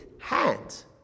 hands